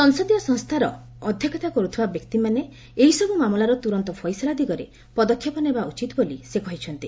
ସଂସଦୀୟ ସଂସ୍ଥାର ଅଧ୍ୟକ୍ଷତା କର୍ଥିବା ବ୍ୟକ୍ତିମାନେ ଏହିସବୁ ମାମଲାର ତୁରନ୍ତ ଫଇସଲା ଦିଗରେ ପଦକ୍ଷେପ ନେବା ଉଚିତ୍ ବୋଲି ସେ କହିଛନ୍ତି